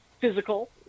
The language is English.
physical